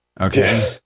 okay